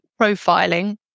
profiling